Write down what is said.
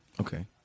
Okay